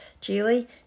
Julie